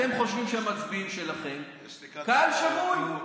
אתם חושבים שהמצביעים שלכם קהל שבוי.